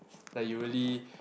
like you really